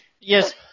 yes